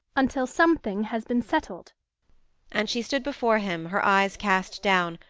until something has been settled and she stood before him, her eyes cast down,